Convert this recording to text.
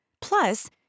Plus